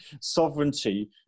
sovereignty